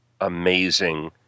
amazing